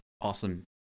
Awesome